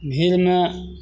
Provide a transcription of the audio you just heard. भीड़मे